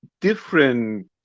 different